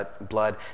blood